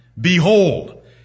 Behold